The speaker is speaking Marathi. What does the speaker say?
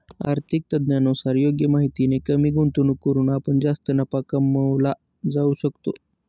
आर्थिक तज्ञांनुसार योग्य माहितीने कमी गुंतवणूक करून पण जास्त नफा कमवला जाऊ शकतो